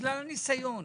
בגלל הניסיון.